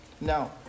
Now